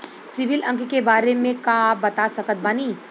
CIBIL अंक के बारे मे का आप बता सकत बानी?